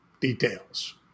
details